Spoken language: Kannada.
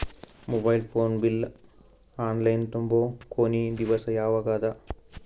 Mobile phone bill online ತುಂಬೊ ಕೊನಿ ದಿವಸ ಯಾವಗದ?